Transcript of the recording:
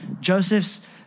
Joseph's